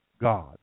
God